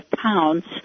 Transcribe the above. pounds